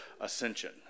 Ascension